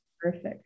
Perfect